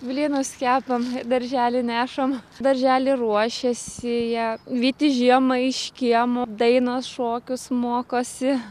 blynus kepam darželin nešam darželį ruošiasi jie vyti žiemą iš kiemo dainos šokius mokosi